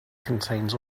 contains